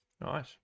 nice